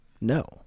No